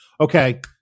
Okay